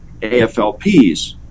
AFLPs